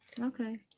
Okay